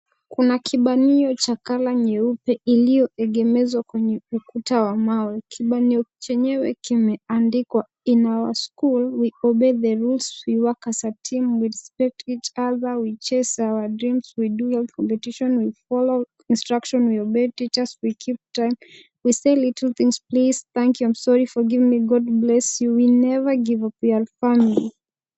Kuna kibanio cha colour nyeupe ilio egemezwa kwenye ukuta wa mawe. Kibanio chenyewe kimeandikwa, "In our school we obey the rules we work as a team we respect each other we chase our dreams we do out competition ,we follow instructions we obey teachers we keep time we say little things like please thank you am sorry forgive me God bless you will never give up we are a family."